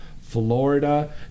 Florida